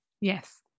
Yes